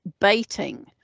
baiting